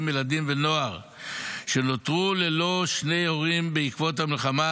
ילדים ונוער שנותרו ללא שני הורים בעקבות המלחמה,